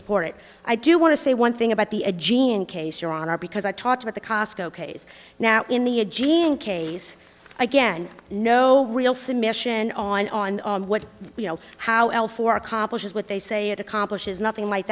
sport i do want to say one thing about the a gene case your honor because i talked about the cosco case now in the a gene case again no real submission on what you know how else for accomplishes what they say it accomplishes nothing like